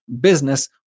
business